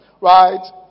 right